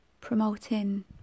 promoting